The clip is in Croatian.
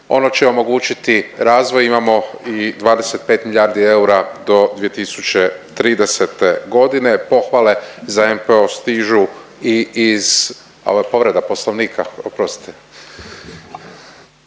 Ono će omogućiti razvoj imamo i 25 milijardi eura do 2030.g., pohvale za NPO stižu i iz, ovo je povreda poslovnika, oprostite.